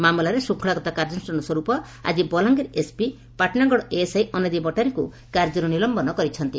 ମାମଲାରେ ଶୃଙ୍ଖଳାଗତ କାର୍ଯ୍ୟାନୁଷ୍ଠାନ ସ୍ୱରୂପ ଆକି ବଲାଙ୍ଗିର ଏସ୍ପି ପାଟଶାଗଡ଼ ଏଏସ୍ଆଇ ଅନାଦି ମଟାରିଙ୍କୁ କାର୍ଯ୍ୟରୁ ନିଲମ୍ୟନ କରିଛନ୍ତି